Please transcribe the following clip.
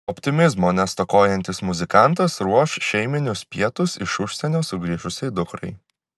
optimizmo nestokojantis muzikantas ruoš šeiminius pietus iš užsienio sugrįžusiai dukrai